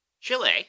Chile